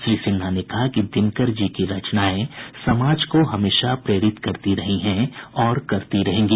श्री सिन्हा ने कहा कि दिनकर जी की रचनाएं समाज को हमेशा प्रेरित करती रही हैं और करती रहेंगी